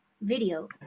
video